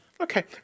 Okay